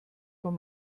von